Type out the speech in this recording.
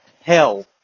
hell